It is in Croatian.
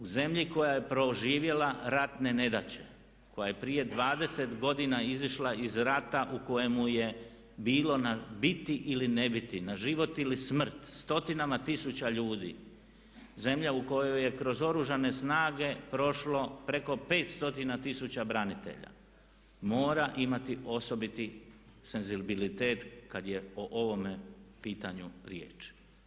U zemlji koja je proživjela ratne nedaće, koja je prije 20 godina izišla iz rata u kojemu je bilo na biti ili ne biti, na život ili smrt stotinama tisuća ljudi, zemlja u kojoj je kroz Oružane snage prošlo preko pet stotina tisuća branitelja mora imati osobiti senzibilitet kad je o ovome pitanju riječ.